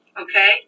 Okay